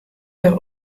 der